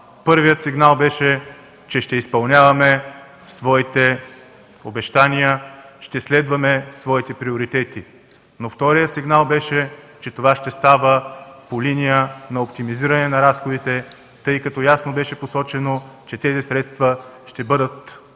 Първият сигнал беше, че ще изпълняваме своите обещания, ще следваме своите приоритети. Но вторият сигнал беше, че това ще става по линия на оптимизиране на разходите, тъй като ясно беше посочено, че тези средства ще бъдат осигурени